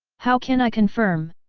how can i confirm?